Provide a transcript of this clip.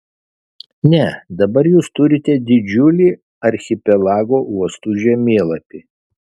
ne dabar jūs turite didžiulį archipelago uostų žemėlapį